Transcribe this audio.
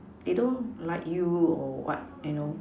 they don't like you or what you know